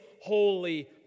holy